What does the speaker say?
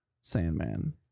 Sandman